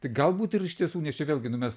tai galbūt ir iš tiesų nes čia vėlgi nu mes